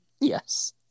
Yes